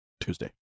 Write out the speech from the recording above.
Tuesday